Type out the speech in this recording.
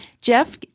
Jeff